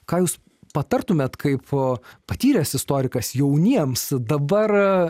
ką jūs patartumėte kaip patyręs istorikas jauniems dabar